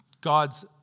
God's